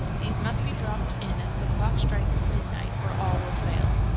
these must be dropped in as the clock strikes midnight, or all will fail.